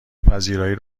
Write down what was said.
پذیرایی